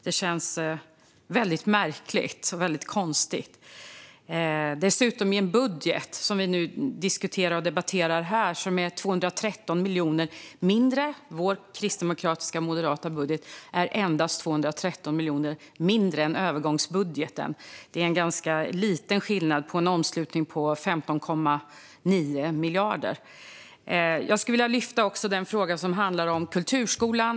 Det känns väldigt märkligt och konstigt, dessutom i en debatt om en budget från Moderaterna och Kristdemokraterna som är endast 213 miljoner mindre än övergångsbudgeten. Det är en ganska liten skillnad i en budget med en omslutning på 15,9 miljarder. Jag skulle vilja ta upp frågan om kulturskolan.